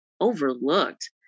overlooked